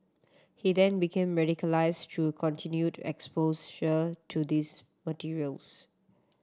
he then became radicalised through continued exposure to these materials